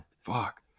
Fuck